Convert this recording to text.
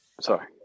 sorry